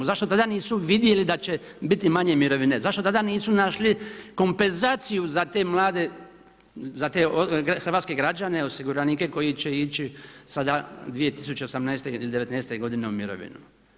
Zašto tada nisu vidjeli da će biti manje mirovine, zašto tada nisu našli kompenzacije za te mlade, za te hrvatske građane, osiguranike koji će ići sada 2018. ili 2019. u mirovinu.